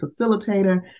facilitator